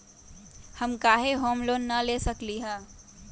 हम काहे home loan न ले सकली ह?